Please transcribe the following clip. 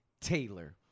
Taylor